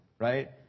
Right